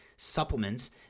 supplements